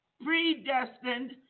predestined